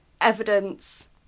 evidence